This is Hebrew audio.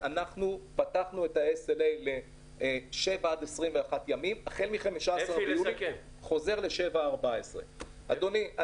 אנחנו פתחנו ל-7 21 והחל מ-15 ביולי זה יחזור ל-7 14. אדוני,